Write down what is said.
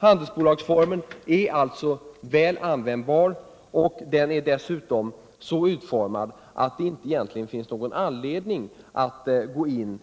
Handelsbolagsformen är alltså väl användbar, och den är dessutom så utformad att det egentligen inte finns anledning att närmare